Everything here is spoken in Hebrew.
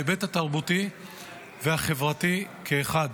בהיבט התרבותי והחברתי כאחד.